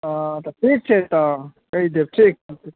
आँय तऽ ठीक छै तऽ कहि देब ठीक